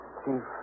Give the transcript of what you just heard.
chief